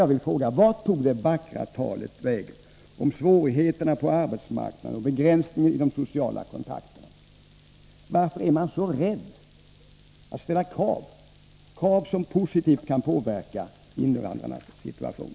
Vart tog det vackra talet om svårigheterna på arbetsmarknaden och begränsningen i de sociala kontakterna vägen? Varför är man så rädd att ställa krav som positivt kan påverka invandrarnas situation?